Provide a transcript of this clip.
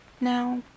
now